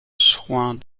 soins